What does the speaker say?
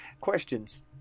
Questions